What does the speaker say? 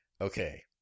Okay